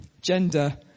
gender